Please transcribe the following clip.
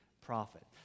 prophet